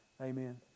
amen